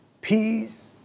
peace